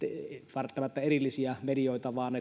välttämättä erillisiä medioita vaan